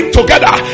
together